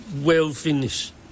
well-finished